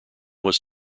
was